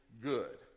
good